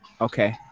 Okay